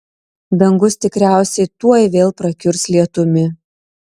dangus tikriausiai tuoj vėl prakiurs lietumi